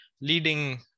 leading